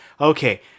okay